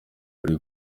kuri